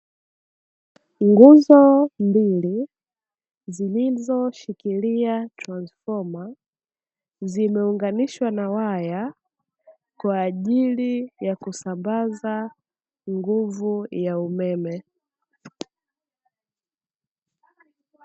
Nguzo mbili zilizoshikilia transfoma, zimeunganishwa na waya kwa ajili ya kusambaza nguvu ya umeme.